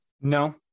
No